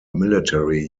military